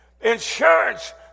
insurance